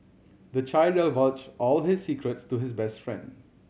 the child divulged all his secrets to his best friend